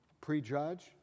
Prejudge